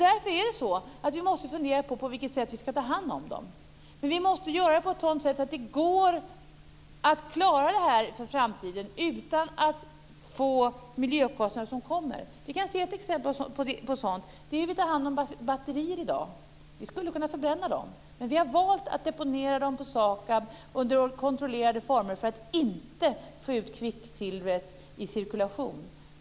Därför måste vi fundera över på vilket vi ska ta hand om dem. Men vi måste göra det på ett sådant sätt att det går att klara detta för framtiden utan att få miljökostnader i framtiden. Vi kan se ett exempel på sådant, nämligen hur vi tar hand om batterier i dag. Vi skulle kunna förbränna dem. Men vi har valt att deponera dem på SAKAB under kontrollerade former för att inte få ut kvicksilvret i cirkulation.